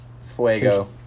fuego